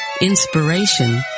inspiration